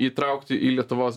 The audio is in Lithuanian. įtraukti į lietuvos